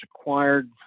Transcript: acquired